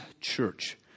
church